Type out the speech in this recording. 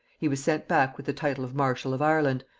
he was sent back with the title of marshal of ireland,